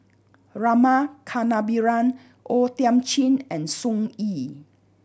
Rama Kannabiran O Thiam Chin and Sun Yee